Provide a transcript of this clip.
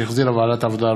שהחזירה ועדת העבודה,